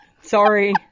Sorry